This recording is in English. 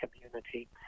community